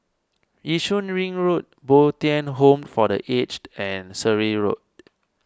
Yishun Ring Road Bo Tien Home for the Aged and Surrey Road